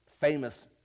famous